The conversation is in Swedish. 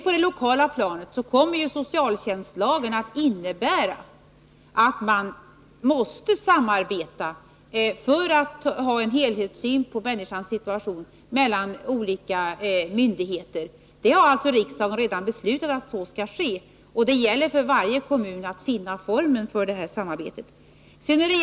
På det lokala planet kommer socialtjänstlagen att innebära att olika myndigheter måste samarbeta för att komma fram till en helhetssyn på människans situation. Riksdagen har redan beslutat att så skall ske, och det gäller för varje kommun att finna formen för det samarbetet.